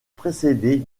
précédée